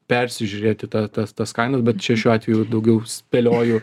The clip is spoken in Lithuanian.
persižiūrėti ta tas tas kainas bet čia šiuo atveju daugiau spėlioju